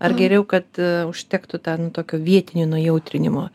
ar geriau kad ee užtektų tą nu tokio vietinio nujautrinimo